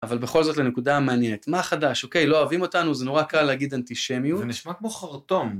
אבל בכל זאת לנקודה המעניינת, מה החדש? אוקיי, לא אוהבים אותנו, זה נורא קל להגיד אנטישמיות. זה נשמע כמו חרטום.